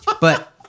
But-